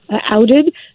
outed